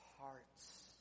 hearts